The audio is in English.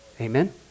Amen